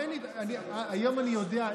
היום אני יודע,